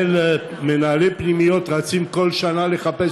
מנהלי פנימיות רצים בכל שנה לחפש